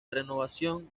renovación